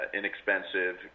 inexpensive